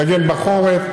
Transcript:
תגן בחורף,